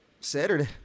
Saturday